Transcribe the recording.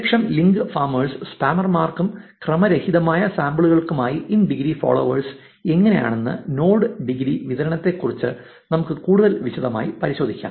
100000 link farmers സ്പാമർമാർക്കും ക്രമരഹിതമായ സാമ്പിളുകൾക്കുമായി ഇൻ ഡിഗ്രി ഫോളോവേഴ്സ് എങ്ങനെയെന്ന് നോഡ് ഡിഗ്രി വിതരണത്തെക്കുറിച്ച് നമുക്ക് കൂടുതൽ വിശദമായി പരിശോധിക്കാം